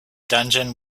dungeon